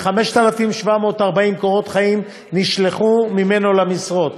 ו-5,740 קורות חיים נשלחו ממנו למשרות.